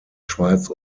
schweiz